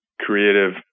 creative